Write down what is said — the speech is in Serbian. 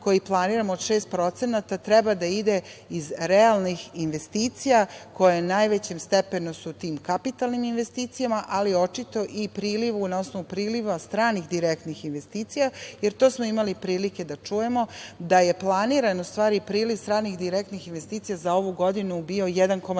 koji planiramo od 6%, treba da ide iz realnih investicija koja su u najvećem stepenu u tim kapitalnim investicijama, ali očito i na osnovu priliva stranih, direktnih investicija, jer to smo imali prilike da čujemo da je planiran u stvari priliv stranih direktnih investicija za ovu godinu bio 1,9%.Juče